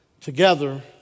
together